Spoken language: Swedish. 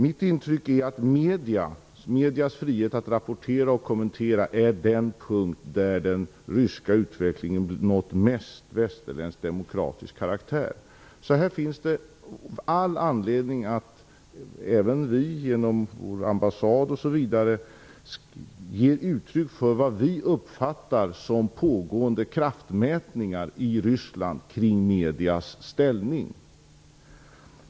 Mitt intryck är att den ryska utvecklingen har nått närmast en västerländsk demokratisk karaktär när det gäller mediernas frihet att rapportera och kommentera. Det finns all anledning att även vi, genom vår ambassad osv., ger uttryck för vad vi uppfattar som pågående kraftmätningar i Ryssland kring mediernas ställning. Det är det ena.